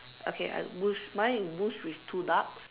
okay goose mine is goose is with two duck